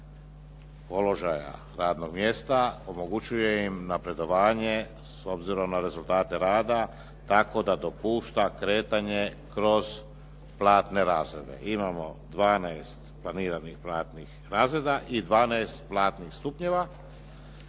položaja radnog mjesta, omogućuje im napredovanje s obzirom na rezultate rada, tako da dopušta kretanje kroz platne razrede. Imamo 12 planiranih platnih razreda i 12 platnih stupnjeva,